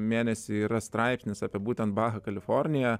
mėnesį yra straipsnis apie būtent bahą kaliforniją